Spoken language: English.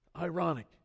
Ironic